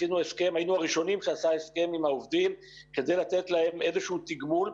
היינו הראשונים שעשה הסכם עם העובדים כדי לתת להם איזשהו תגמול,